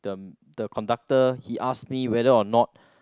the the conductor he ask me whether or not